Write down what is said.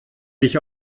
dich